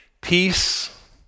Peace